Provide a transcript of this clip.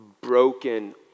broken